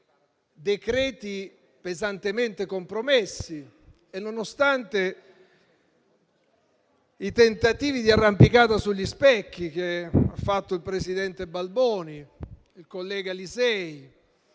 decreti-legge pesantemente compromessi, nonostante i tentativi di arrampicata sugli specchi che hanno fatto il presidente Balboni e il collega Lisei,